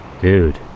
Dude